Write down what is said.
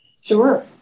Sure